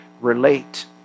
relate